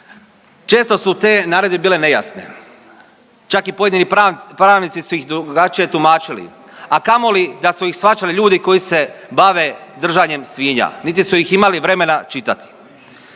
Često su te naredbe bile nejasne čak i pojedini pravnici su ih drugačije tumačili, a kamoli da su ih shvaćali ljudi koji se bave držanjem svinja niti su ih imali vremena čitati.